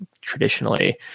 traditionally